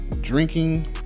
drinking